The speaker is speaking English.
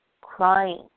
crying